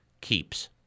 keeps